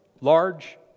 large